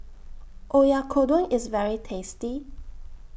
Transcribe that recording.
Oyakodon IS very tasty